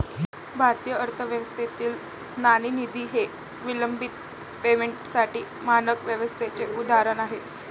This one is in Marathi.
भारतीय अर्थव्यवस्थेतील नाणेनिधी हे विलंबित पेमेंटसाठी मानक व्यवस्थेचे उदाहरण आहे